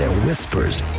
ah whispers,